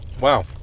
Wow